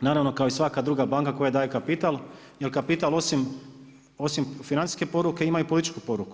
naravno kao i svaka druga banka koja daje kapital jer kapital osim financijske poruke ima i političku poruku.